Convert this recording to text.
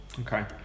Okay